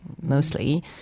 mostly